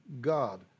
God